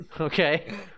okay